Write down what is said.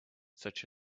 such